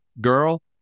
girl